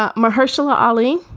ah my herschel's. ali.